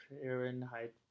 Fahrenheit